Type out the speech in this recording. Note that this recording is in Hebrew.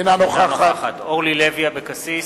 אינה נוכחת אורלי לוי אבקסיס,